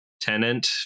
tenant